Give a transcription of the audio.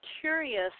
curious